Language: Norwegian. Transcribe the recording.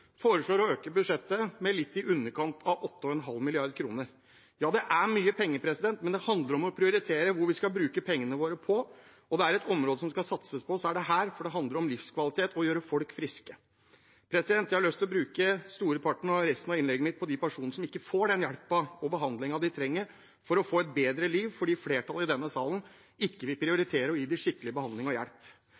foreslår å øke budsjettet med litt i underkant av 8,5 mrd. kr. Ja, det er mye penger, men det handler om å prioritere hva vi skal bruke pengene våre på. Og er det et område det skal satses på, er det her, for det handler om livskvalitet og om å gjøre folk friske. Jeg har lyst til å bruke storparten av resten av innlegget mitt på de personene som ikke får den hjelpen og behandlingen de trenger for å få et bedre liv, fordi flertallet i denne salen ikke vil prioritere å gi dem skikkelig behandling og hjelp.